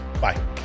Bye